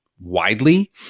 widely